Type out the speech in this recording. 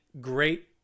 great